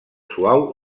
suau